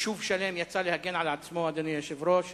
יישוב שלם יצא להגן על עצמו, אדוני היושב-ראש,